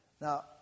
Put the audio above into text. Now